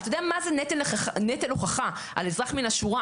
אתה יודע מה זה נטל הוכחה על אזרח מן השורה,